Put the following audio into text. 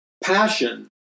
passion